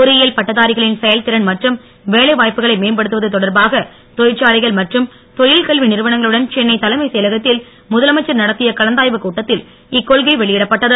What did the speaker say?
பொறியியல் பட்டதாரிகளின் செயல்திறன் மற்றும் வேலை வாய்ப்புகளை மேம்படுத்துவது தொடர்பாக தொழிற்சாலைகள் மற்றும் தொழில்கல்வி நிறுவனங்களுடன் சென்னை தலைமைச் செயலகத்தில் முதலமைச்சர் நடத்திய கலந்தாய்வு கூட்டத்தில் இக்கொள்கை வெளியிடப்பட்டது